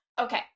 okay